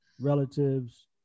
relatives